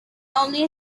only